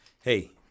Hey